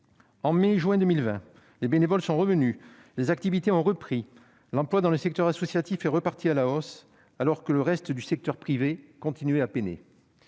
En mai et juin 2020, les bénévoles sont revenus, les activités ont repris, l'emploi dans le secteur associatif est reparti à la hausse, alors que le reste du secteur privé continuait à peiner.